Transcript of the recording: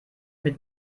mit